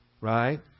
right